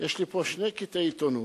יש לי פה שני קטעי עיתונות,